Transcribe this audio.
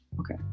Okay